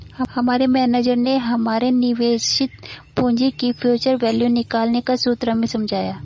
हमारे मेनेजर ने हमारे निवेशित पूंजी की फ्यूचर वैल्यू निकालने का सूत्र हमें समझाया